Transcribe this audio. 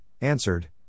answered